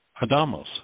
Adamos